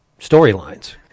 storylines